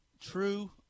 true